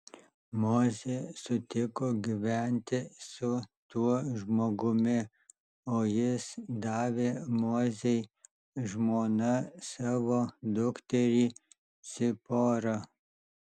mozė sutiko gyventi su tuo žmogumi o jis davė mozei žmona savo dukterį ciporą